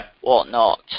whatnot